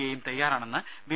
എയും തയ്യാറെന്ന് ബി